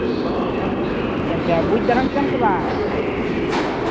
ᱟᱪᱪᱷᱟ ᱟᱪᱪᱷᱟ ᱵᱩᱡᱽ ᱫᱟᱲᱮᱭᱟᱫᱟᱢ ᱥᱮ ᱵᱟᱝ